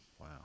wow